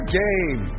game